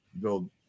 build